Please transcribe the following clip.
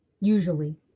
Usually